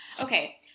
okay